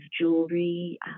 jewelry